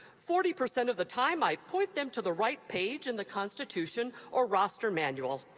forty percent of the time i point them to the right page in the constitution or roster manual.